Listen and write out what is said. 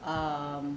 um